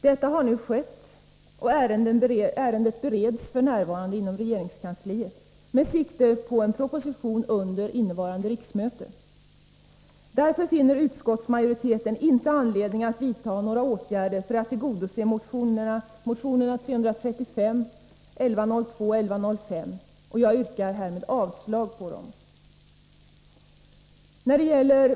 Det har nu skett, och ärendet bereds f. n. inom regeringskansliet med sikte på en proposition under innevarande riksmöte. Därför finner utskottsmajoriteten inte anledning att vidta några åtgärder för att tillgodose kraven i motionerna 335, 1102 och 1105. Jag yrkar härmed avslag på dem.